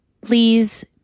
Please